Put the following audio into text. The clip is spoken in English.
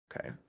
Okay